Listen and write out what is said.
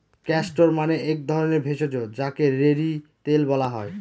castor মানে এক ধরণের ভেষজ যাকে রেড়ি তেল বলা হয়